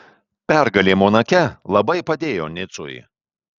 pergalė monake labai padėjo nicui